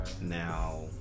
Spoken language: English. Now